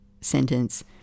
sentence